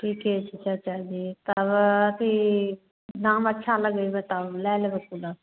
ठीके छे चाचा जी तब अथि दाम अच्छा लगेबे तब ल्या लेबे कूलर